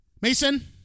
Mason